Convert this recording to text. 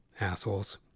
assholes